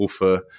rufe